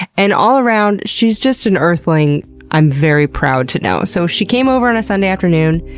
and all around, she's just an earthling i'm very proud to know. so she came over on a sunday afternoon,